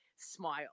smile